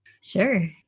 Sure